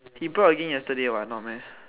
he brought again yesterday what no meh